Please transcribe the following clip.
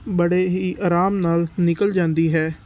ਬੜੇ ਹੀ ਆਰਾਮ ਨਾਲ ਨਿਕਲ ਜਾਂਦੀ ਹੈ